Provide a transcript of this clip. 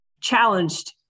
challenged